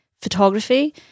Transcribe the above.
photography